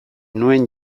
nuen